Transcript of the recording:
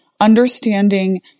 understanding